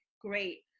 great